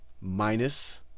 minus